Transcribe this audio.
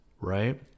right